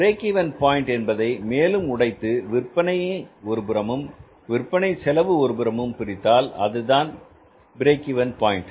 break even point என்பதை மேலும் உடைத்து விற்பனை ஒருபுறமும் விற்பனை செலவு ஒருபுறமும் பிரித்தால் அதுதான் பிரேக் இவென் பாயின்ட்